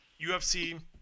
UFC